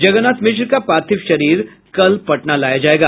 जगन्नाथ मिश्र का पार्थिव शरीर कल पटना लाया जायेगा